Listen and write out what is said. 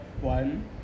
One